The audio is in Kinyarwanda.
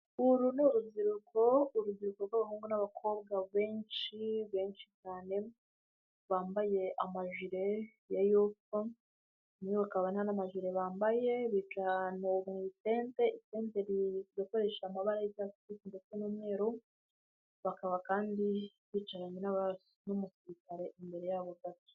Uru ni urubyiruko urubyiruko rw'abahungu n'abakobwa benshi benshi cyane bambaye amajire ya yopo nikabana n'amaji bambaye bica ahantu mutende isenderizwa gukoresha amabara ydatse ndetse n'umweruru bakaba kandi bicaranyeumusirikare imbere yabo gato.